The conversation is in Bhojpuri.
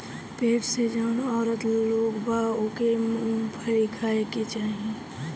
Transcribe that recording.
पेट से जवन औरत लोग बा ओके मूंगफली खाए के चाही